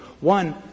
One